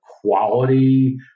quality